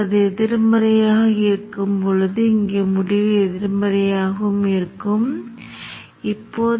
இதை நாம் குறிப்பு முனை என்று அழைப்போம் மற்றும் இரண்டாம் பக்கத்தில் உள்ள எதையும் இந்த குறிப்பு முனையைப் பொறுத்து அளவிடுவோம்